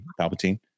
Palpatine